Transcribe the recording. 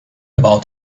about